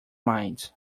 minds